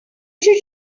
should